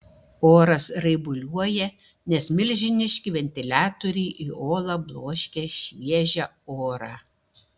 oras raibuliuoja nes milžiniški ventiliatoriai į olą bloškia šviežią orą